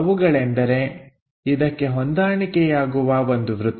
ಅವುಗಳೆಂದರೆ ಇದಕ್ಕೆ ಹೊಂದಾಣಿಕೆಯಾಗುವ ಒಂದು ವೃತ್ತ